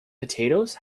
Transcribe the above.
potatoes